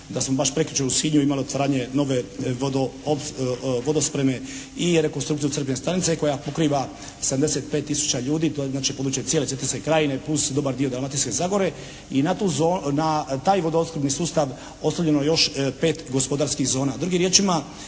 da smo baš prekjučer u Sinju imali otvaranje nove vodospreme i rekonstrukciju crpne stanice koja pokriva 75 tisuća ljudi. To je znači buduće cijele Cetinske krajine plus dobar dio Dalmatinske Zagore i na tu, na taj vodoopskrbni sustav ostavljeno je još 5 gospodarskih zona.